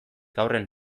haurren